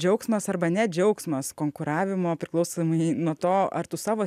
džiaugsmas arba ne džiaugsmas konkuravimo priklausomai nuo to ar tu savo